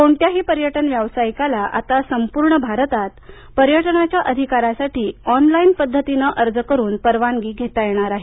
कोणत्याही पर्यटन व्यावसायिकाला आता संपूर्ण भारतात पर्यटनाच्या अधिकारासाठी ऑनलाईन पद्धतीने अर्ज करुन परवानगी घेता येणार आहे